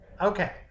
Okay